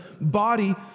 body